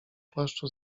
płaszczu